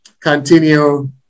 continue